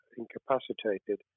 incapacitated